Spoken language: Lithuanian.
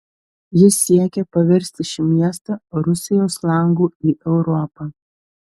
jis siekė paversti šį miestą rusijos langu į europą